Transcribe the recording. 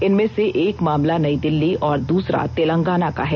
इनमें से एक मामला नई दिल्ली और दूसरा तेलंगाना का है